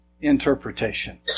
interpretation